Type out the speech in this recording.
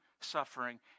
suffering